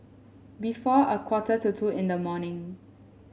before a quarter to two in the morning